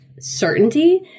certainty